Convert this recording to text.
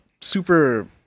super